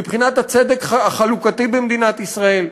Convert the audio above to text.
מבחינת הצדק החלוקתי במדינת ישראל.